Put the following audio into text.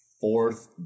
fourth